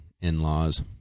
in-laws